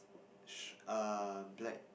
sh~ err black